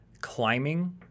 climbing